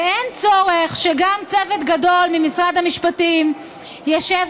ואין צורך שגם צוות גדול ממשרד המשפטים ישב